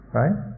right